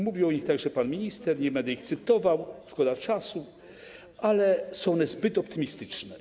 Mówił o nich także pan minister, nie będę ich cytował, szkoda czasu, ale są one zbyt optymistyczne.